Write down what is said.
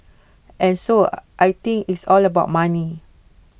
and so I think it's all about money